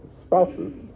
spouses